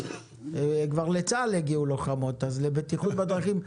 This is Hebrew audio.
כבר לצה"ל הגיעו לוחמות, אז לבטיחות בדרכים?